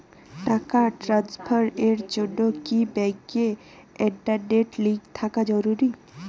টাকা ট্রানস্ফারস এর জন্য কি ব্যাংকে ইন্টারনেট লিংঙ্ক থাকা জরুরি?